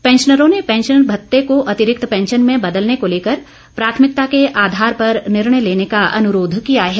पैंशनरों ने पैंशनर भत्ते को अतिरिक्त पैंशन में बदलने को लेकर प्राथमिकता को आधार पर निर्णय लेने का अनुरोध किया है